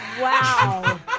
Wow